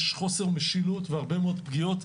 יש חוסר משילות והרבה מאוד פגיעות.